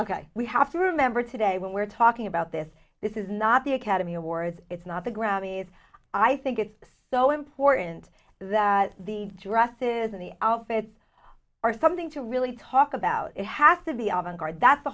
thing we have to remember today when we're talking about this this is not the academy awards it's not the grammys i think it's so important that the dresses and the outfits are something to really talk about it has to be on guard that's the